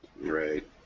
Right